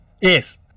Yes